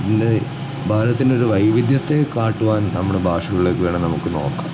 ഇതിൻ്റെ ഭാരതത്തിൻ്റെ ഒരു വൈവിധ്യത്തെ കാട്ടുവാൻ നമ്മുടെ ഭാഷകളൊക്കെ വേണേ നമുക്ക് നോക്കാം